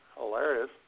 Hilarious